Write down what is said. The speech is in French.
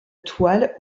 toile